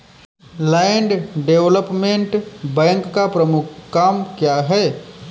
Land development bank का प्रमुख काम क्या है?